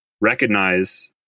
recognize